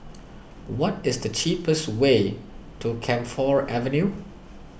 what is the cheapest way to Camphor Avenue